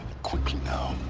quickly now!